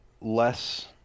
less